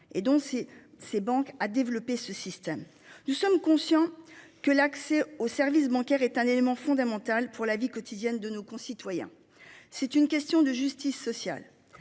et donc si ces banques a développé ce système. Nous sommes conscients que l'accès aux services bancaires est un élément fondamental pour la vie quotidienne de nos concitoyens, c'est une question de justice sociale.